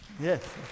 Yes